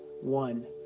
One